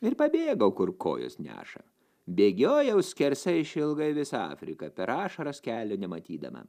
ir pabėgau kur kojos neša bėgiojau skersai išilgai visą afriką per ašaras kelio nematydama